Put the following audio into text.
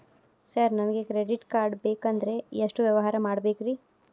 Sir ನನಗೆ credit card ಬೇಕಂದ್ರೆ ಎಷ್ಟು ವ್ಯವಹಾರ ಮಾಡಬೇಕ್ರಿ?